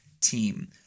team